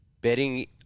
Betting